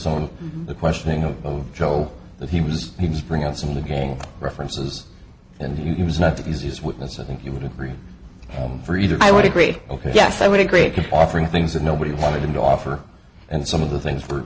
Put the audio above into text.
some of the questioning of joe that he was he was bringing out some gang references and he was not the easiest witness i think you would agree for either i would agree ok yes i would agree offering things that nobody wanted to offer and some of the things for